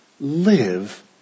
live